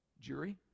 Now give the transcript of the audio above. jury